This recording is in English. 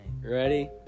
Ready